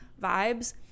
vibes